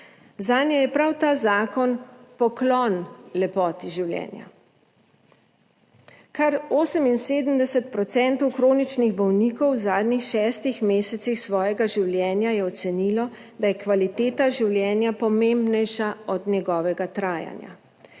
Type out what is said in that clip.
Zanje je prav ta zakon poklon lepoti življenja. Kar 78 % kroničnih bolnikov v zadnjih šestih mesecih svojega življenja je ocenilo, da je kvaliteta življenja pomembnejša od njegovega trajanja.